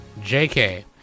JK